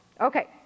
Okay